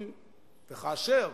אם וכאשר